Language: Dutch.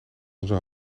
onze